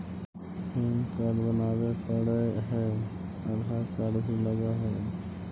Pan card बनावे पडय है आधार कार्ड भी लगहै?